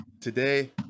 Today